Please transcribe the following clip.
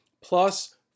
plus